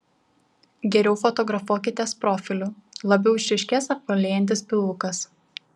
geriau fotografuokitės profiliu labiau išryškės apvalėjantis pilvukas